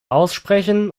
aussprechen